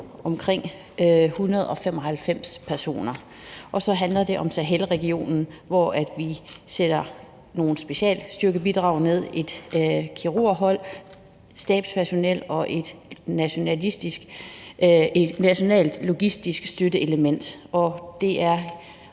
omkring 195 personer, og så handler det om Sahelregionen, hvor vi sender nogle specialstyrkebidrag ned. Det er et kirurghold, stabspersonel og et nationalt logistisk støtteelement. Det er